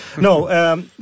No